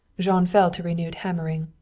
jean fell to renewed hammering.